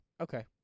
Okay